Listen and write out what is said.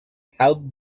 help